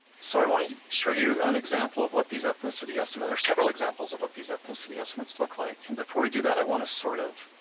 so i want to show you an example of what these ethnicity estimates, or several examples of what these ethnicity estimates look like. and before we do that, i wanna sort of,